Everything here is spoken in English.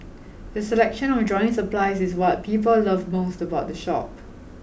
their selection of drawing supplies is what people love most about the shop